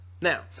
Now